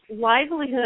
livelihood